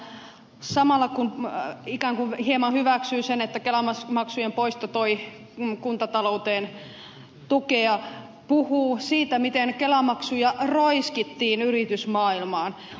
heinäluoma samalla kun ikään kuin hieman hyväksyy sen että kelamaksujen poisto toi kuntatalouteen tukea puhuu siitä miten kelamaksuja roiskittiin yritysmaailmaan